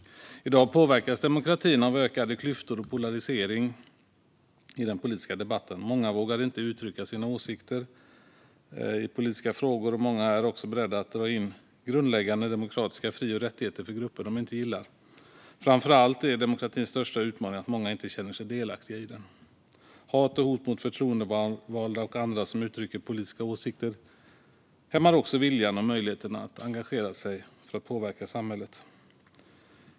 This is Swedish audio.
I dag påverkas demokratin av ökade klyftor och polarisering i den politiska debatten. Många vågar inte uttrycka sina åsikter i politiska frågor. Många är också beredda att dra in grundläggande demokratiska fri och rättigheter för grupper de inte gillar. Framför allt är demokratins största utmaning att många inte känner sig delaktiga i den. Hat och hot mot förtroendevalda och andra som uttrycker politiska åsikter hämmar också viljan och möjligheten att engagera sig för att påverka samhället.